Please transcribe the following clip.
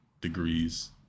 degrees